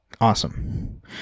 awesome